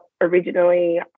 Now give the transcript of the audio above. originally